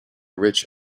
rich